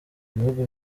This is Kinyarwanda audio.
ibihugu